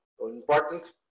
important